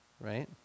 Right